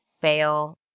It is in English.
fail